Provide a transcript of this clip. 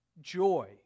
joy